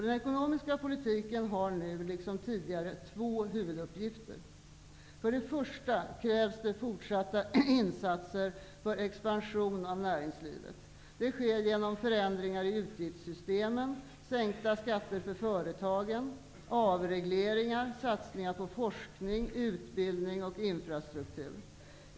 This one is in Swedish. Den ekonomiska politiken har nu, liksom tidigare, två huvuduppgifter. För det första krävs det fortsatta insatser för expansion av näringslivet. Det sker genom förändringar i utgiftssystemen, sänkta skatter för företagen, avregleringar, satsningar på forskning, utbildning och infrastruktur.